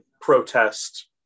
protest